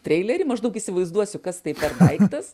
treilerį maždaug įsivaizduosiu kas tai per daiktas